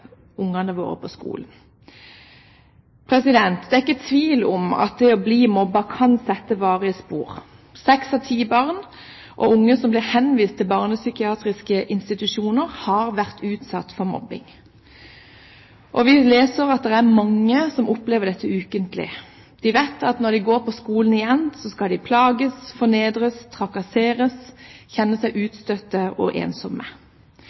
Det er ikke tvil om at det å bli mobbet kan sette varige spor. Seks av ti barn og unge som blir henvist til barnepsykiatriske institusjoner, har vært utsatt for mobbing. Vi leser at det er mange som opplever dette ukentlig. De vet at når de går på skolen igjen, skal de plages, fornedres, trakasseres og kjenne seg utstøtte og ensomme.